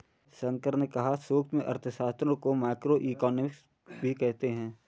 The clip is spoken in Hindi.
शंकर ने कहा कि सूक्ष्म अर्थशास्त्र को माइक्रोइकॉनॉमिक्स भी कहते हैं